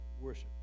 worship